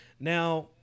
Now